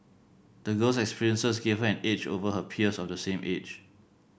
the girl's experiences gave her an edge over her peers of the same age